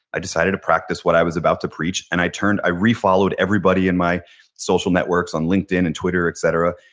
i decided to practice what i was about to preach and i turned, i re-followed everybody in my social networks, on linkedin and twitter et cetera.